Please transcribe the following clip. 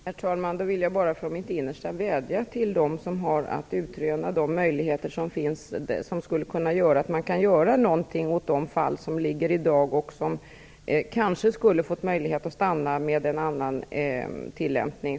Herr talman! Då vill jag bara från mitt innersta rikta en vädjan till dem som har att utröna vilka möjligheter som finns att göra något i de fall som är aktuella i dag, fall som gäller personer som kanske skulle ha haft möjlighet att stanna om vi haft en annan tillämpning.